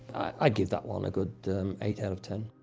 i'd give that one a good eight out of ten.